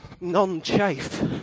non-chafe